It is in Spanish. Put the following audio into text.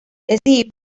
steve